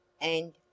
And